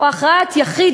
או הכרעת יחיד,